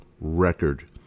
record